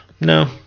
no